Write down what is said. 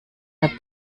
der